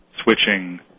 switching